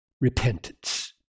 repentance